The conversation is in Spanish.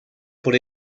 por